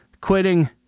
quitting